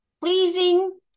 pleasing